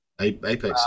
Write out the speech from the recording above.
apex